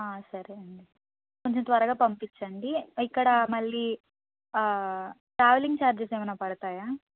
సరే అండి కొంచెం త్వరగా పంపించండి ఇక్కడ మళ్ళీ ట్రావెలింగ్ చార్జెస్ ఏమన్న పడతాయా